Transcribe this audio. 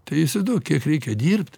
tai įsivaizduok kiek reikia dirbt